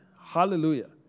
Hallelujah